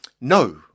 no